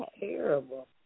terrible